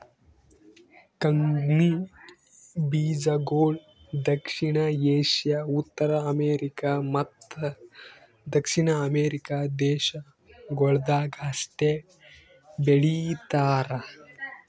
ಕಂಗ್ನಿ ಬೀಜಗೊಳ್ ದಕ್ಷಿಣ ಏಷ್ಯಾ, ಉತ್ತರ ಅಮೇರಿಕ ಮತ್ತ ದಕ್ಷಿಣ ಅಮೆರಿಕ ದೇಶಗೊಳ್ದಾಗ್ ಅಷ್ಟೆ ಬೆಳೀತಾರ